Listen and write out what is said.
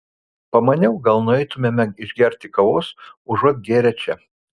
pamaniau gal nueitumėme išgerti kavos užuot gėrę čia